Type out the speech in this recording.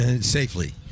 safely